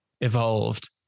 evolved